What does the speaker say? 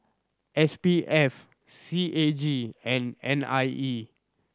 S P F C A G and N I E